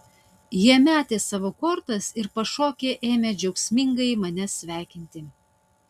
jie metė savo kortas ir pašokę ėmė džiaugsmingai mane sveikinti